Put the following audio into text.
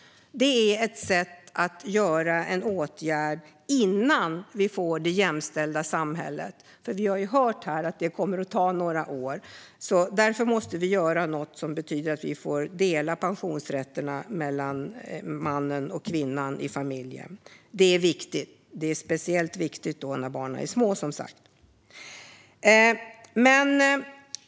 Det är ett sätt att vidta en åtgärd innan vi får det jämställda samhället - vi har ju hört här att det kommer att ta några år innan vi får det. Därför måste vi göra något som innebär att vi kan dela pensionsrätterna mellan mannen och kvinnan i familjen. Det är som sagt speciellt viktigt när barnen är små. Herr talman!